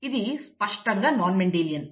ఇది స్పష్టంగా non Mendelian